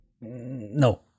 No